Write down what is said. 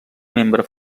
membre